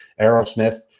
Aerosmith